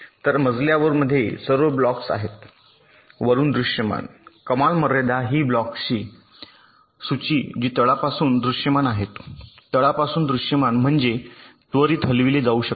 तर मजल्यामध्ये सर्व ब्लॉक्स आहेत वरुन दृश्यमान कमाल मर्यादा ही ब्लॉक्सची सूची आहे जी तळापासून दृश्यमान आहेत तळापासून दृश्यमान म्हणजे त्वरित हलविले जाऊ शकते